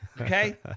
Okay